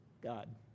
god